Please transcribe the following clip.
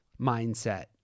mindset